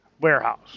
warehouse